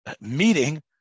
meeting